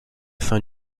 fin